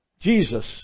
Jesus